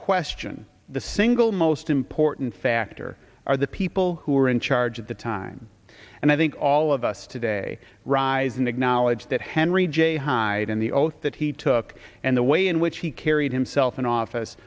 question the single most important factor are the people who were in charge at the time and i think all of us today rise and acknowledge that henry j hyde and the oath that he took and the way in which he carried himself in office